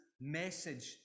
message